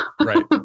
Right